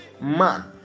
man